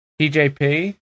TJP